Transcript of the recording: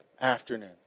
afternoon